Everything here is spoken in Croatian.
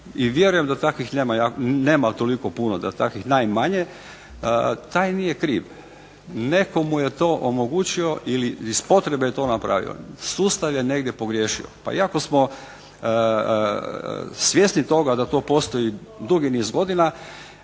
i vjerujem da takvih nema toliko puno, da je takvih najmanje taj nije kriv. Netko mu je to omogućio ili iz potrebe je to napravio. Sustav je negdje pogriješio. Pa iako smo svjesni toga da to postoji dugi niz godina